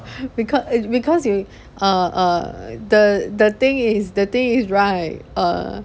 beca~ is because you err err the the thing is the thing is right err